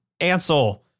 Ansel